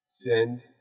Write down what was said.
Send